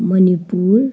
Manipur